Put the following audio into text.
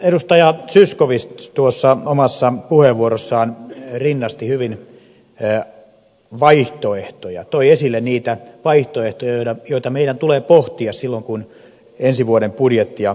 edustaja zyskowicz omassa puheenvuorossaan rinnasti hyvin vaihtoehtoja toi esille niitä vaihtoehtoja joita meidän tulee pohtia silloin kun ensi vuoden budjettia käsitellään